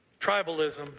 tribalism